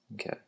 Okay